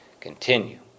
Continue